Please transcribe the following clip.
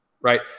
Right